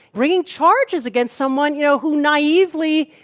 bringing charges against someone, you know, who naively,